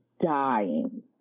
dying